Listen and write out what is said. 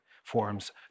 forms